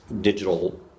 digital